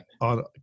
on